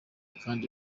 kandi